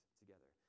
together